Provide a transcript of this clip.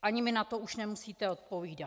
Ani mi na to už nemusíte odpovídat.